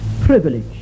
privilege